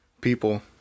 People